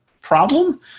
problem